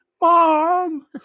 Mom